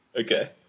Okay